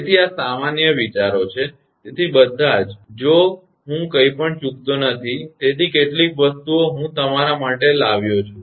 તેથી આ સામાન્ય વિચારો છે તેથી બધા જો હું કંઈપણ ચૂકતો નથી તેથી કેટલીક વસ્તુઓ હું તમારા બધા માટે લાવ્યો છું